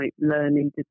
learning